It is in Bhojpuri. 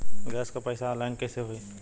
गैस क पैसा ऑनलाइन कइसे होई?